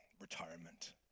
retirement